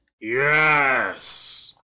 Yes